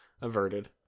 averted